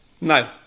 No